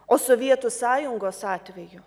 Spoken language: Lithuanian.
o sovietų sąjungos atveju